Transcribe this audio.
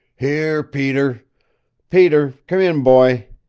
here, peter peter come in, boy!